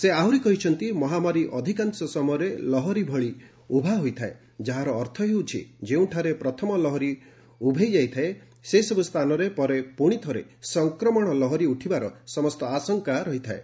ସେ ଆହୁରି କହିଛନ୍ତି ମହାମାରୀ ଅଧିକାଂଶ ସମୟରେ ଲହରୀ ଭଳି ଉଭା ହୋଇଥାଏ ଯାହାର ଅର୍ଥ ହେଉଛି ଯେଉଁଠାରେ ପ୍ରଥମ ଲହରୀ ଉଭେଇଯାଇଥାଏ ସେସବୁ ସ୍ଥାନରେ ପରେ ପୁଣିଥରେ ସଂକ୍ରମଣ ଲହରୀ ଉଠିବାର ସମସ୍ତ ଆଶଙ୍କା ରହିଥାଏ